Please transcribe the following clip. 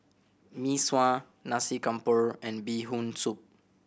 Mee Sua Nasi Campur and Bee Hoon Soup